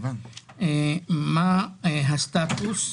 מה הסטטוס,